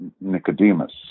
Nicodemus